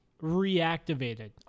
reactivated